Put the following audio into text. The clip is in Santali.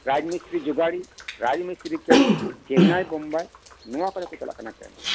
ᱨᱟᱡᱽ ᱢᱤᱥᱛᱨᱤ ᱡᱳᱜᱟᱱ ᱨᱟᱡᱽ ᱢᱤᱥᱛᱨᱤ ᱠᱟᱹᱢᱤ ᱪᱮᱱᱱᱟᱭ ᱵᱳᱢᱵᱟᱭ ᱱᱚᱶᱟ ᱠᱚᱨᱮ ᱠᱚ ᱪᱟᱞᱟᱜ ᱠᱟᱱᱟ ᱠᱟᱹᱢᱤ